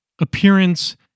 appearance